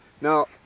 now